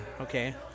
Okay